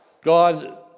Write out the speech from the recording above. God